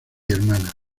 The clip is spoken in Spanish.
hermana